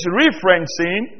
referencing